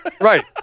Right